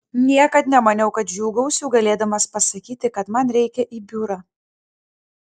niekad nemaniau kad džiūgausiu galėdamas pasakyti kad man reikia į biurą